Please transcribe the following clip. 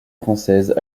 française